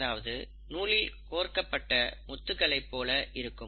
அதாவது நூலில் கோர்க்கப்பட்ட முத்துக்களைப் போல இருக்கும்